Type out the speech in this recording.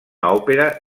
òpera